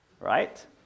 right